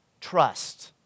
trust